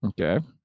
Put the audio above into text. Okay